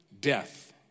death